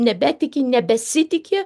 nebetiki nebesitiki